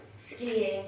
skiing